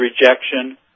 rejection